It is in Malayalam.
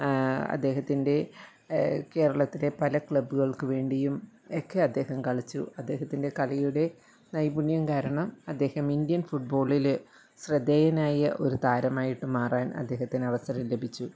അദ്ദേഹത്തിൻ്റെ കേരളത്തിലെ പല ക്ലബ്ബുകൾക്ക് വേണ്ടിയുമൊക്കെ അദ്ദേഹം കളിച്ചു അദ്ദേഹത്തിൻ്റെ കളിയുടെ നൈപുണ്യം കാരണം അദ്ദേഹം ഇന്ത്യൻ ഫുട്ബോളിൽ ശ്രദ്ധേയനായ ഒരു താരമായിട്ട് മാറാൻ അദ്ദേഹത്തിന് അവസരം ലഭിച്ചു